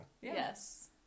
Yes